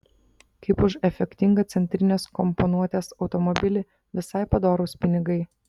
kaip už efektingą centrinės komponuotės automobilį visai padorūs pinigai